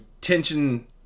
tension